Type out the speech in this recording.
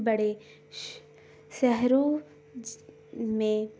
بڑے شہروں میں